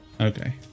Okay